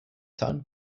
sound